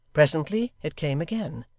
presently, it came again,